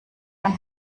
und